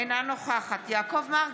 אינו נוכחת יעקב מרגי,